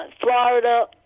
Florida